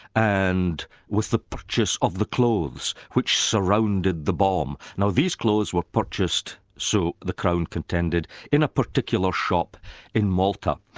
and with the purchase of the clothes which surrounded the bomb. now these clothes were purchased, so the crown contended, in a particular shop in malta.